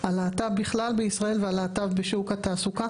על להט"ב בכלל בישראל ועל להט"ב בשוק בתעסוקה.